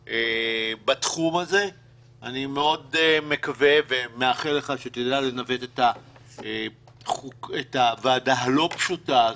אני מאוד מקווה ומאחל לך שתדע לנווט את הוועדה הלא פשוטה הזאת,